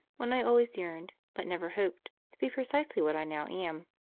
when i always yearned, but never hoped, to be precisely what i now am.